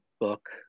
book